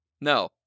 No